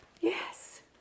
yes